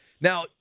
Now